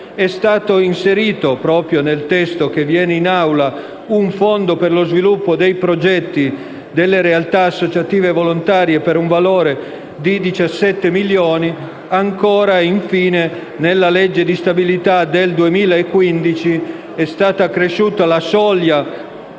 È stato inserito, proprio nel testo all'esame dell'Assemblea, un fondo per lo sviluppo dei progetti delle realtà associative e volontarie per un valore di 17 milioni. Infine, nella legge di stabilità per il 2015, è stata accresciuta la soglia